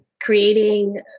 creating